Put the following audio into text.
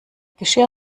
geschirr